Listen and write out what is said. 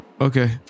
Okay